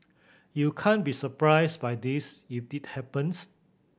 you can't be surprised by this if it happens